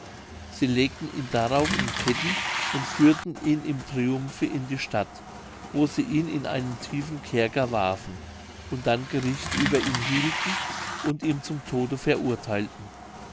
sie legten ihn darauf in ketten und führten ihn im triumphe in die stadt wo sie ihn in einen tiefen kerker warfen und dann gericht über ihn hielten und ihn zum tode verurtheilten